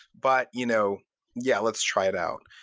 but you know yeah. let's try it out.